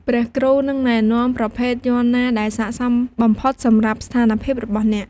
ព្រះគ្រូ នឹងណែនាំប្រភេទយ័ន្តណាដែលស័ក្តិសមបំផុតសម្រាប់ស្ថានភាពរបស់អ្នក។